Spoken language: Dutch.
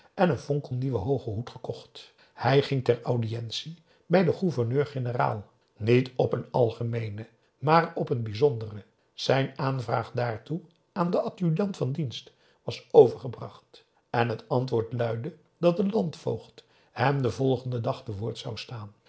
en een fonkelnieuwen hoogen hoed gekocht hij ging ter audiëntie bij den gouverneur-generaal niet op een algemeene maar op een bijzondere zijn aanvraag daartoe aan den adjudant van dienst was overgebracht en het antwoord luidde dat de landvoogd hem den volgenden dag te woord zou staan